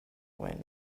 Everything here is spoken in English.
wind